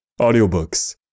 audiobooks